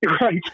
Right